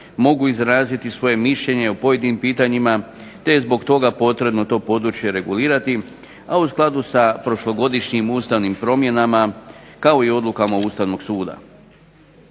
mogu izraziti svoje mišljenje o pojedinim pitanjima te je zbog toga potrebno to područje regulirati, a u skladu sa prošlogodišnjim ustavnim promjenama kao i odlukama Ustavnog suda.